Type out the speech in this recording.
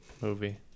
movie